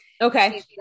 Okay